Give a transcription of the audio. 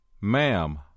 Ma'am